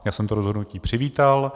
A já jsem to rozhodnutí přivítal.